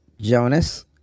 Jonas